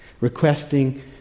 Requesting